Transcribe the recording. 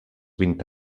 vint